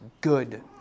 good